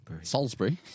Salisbury